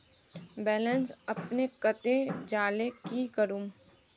Balance अपने कते जाले की करूम?